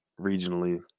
regionally